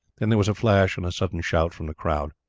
then there was a flash and a sudden shout from the crowd.